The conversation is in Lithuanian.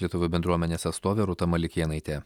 lietuvių bendruomenės atstovė rūta malikėnaitė